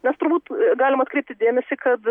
nes turbūt galim atkreipti dėmesį kad